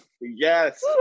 Yes